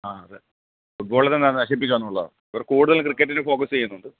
അ അതെ ഫുട് ബോളിനെ തന്നെ നശിപ്പിക്കുകയെന്നുള്ളതാണ് ഇവർ കൂടുതൽ ക്രിക്കറ്റിനെ ഫോക്കസ് ചെയ്യുന്നുമുണ്ട്